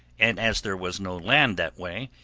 and as there was no land that way,